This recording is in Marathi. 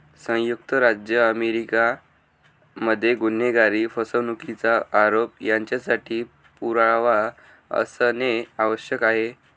संयुक्त राज्य अमेरिका मध्ये गुन्हेगारी, फसवणुकीचा आरोप यांच्यासाठी पुरावा असणे आवश्यक आहे